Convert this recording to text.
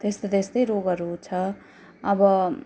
त्यस्तै त्यस्तै रोगहरू छ अब